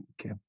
Okay